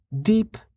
Deep